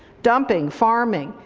dumping, farming,